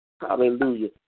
Hallelujah